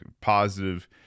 positive